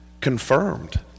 confirmed